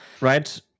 right